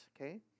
okay